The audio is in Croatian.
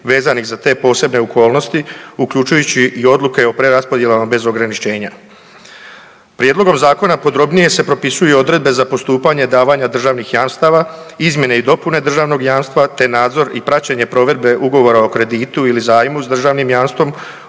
vezanih za te posebne okolnosti, uključujući i odluke o preraspodjelama bez ograničenja. Prijedlogom Zakona podrobnije se propisuju odredbe za postupanje davanja državnih jamstava, izmjene i dopune državnog jamstva te nadzor i praćenje provedbe ugovora o kreditu ili zajmu s državnim jamstvom,